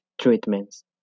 treatments